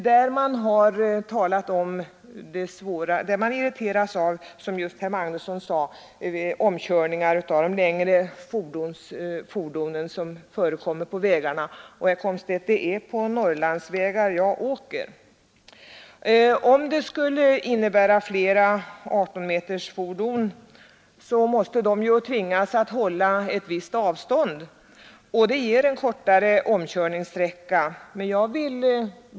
Bilisterna irriteras över, som herr Magnusson i Kristinehamn framhöll, de omkörningar av längre fordon som förekommer på vägarna. Och, herr Komstedt, det är på Norrlandsvägar jag åker. Om en lagändring skulle medföra att vi får flera 18-metersfordon, så måste ju dessa ändå hålla ett visst avstånd, och därigenom blir omkörningssträckorna kortare.